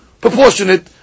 proportionate